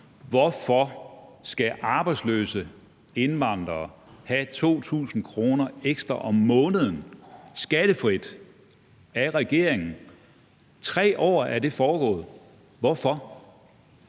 Hvorfor skal arbejdsløse indvandrere have 2.000 kr. ekstra om måneden skattefrit af regeringen? I 3 år er det foregået. Hvorfor?